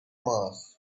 mass